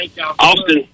Austin